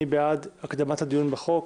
מי בעד הקדמת הדיון בחוק?